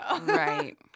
Right